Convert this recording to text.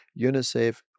UNICEF